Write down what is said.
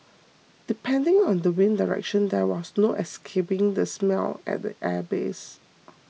depending on the wind direction there was no escaping the smell at the airbase